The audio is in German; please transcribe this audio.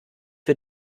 für